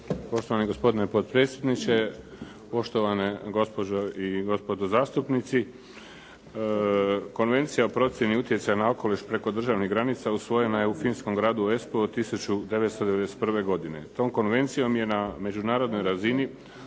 Poštovani gospodine potpredsjedniče. Poštovane gospođe i gospodo zastupnici. Konvencija o procjeni utjecaja na okoliš preko državnih granica usvojena je u Finskom gradu Espou 1991. godine. Tom konvencijom je na međunarodnoj razini